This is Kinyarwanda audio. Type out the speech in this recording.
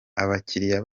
abakiliya